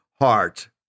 heart